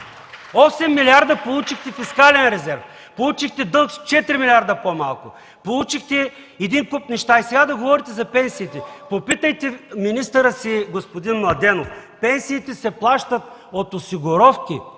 милиарда фискален резерв, а платихте дълг с четири милиарда по-малко, получихте един куп неща и сега да говорите за пенсиите... Попитайте министъра си господин Младенов, пенсиите се плащат от осигуровки,